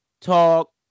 talk